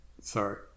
Sorry